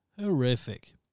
horrific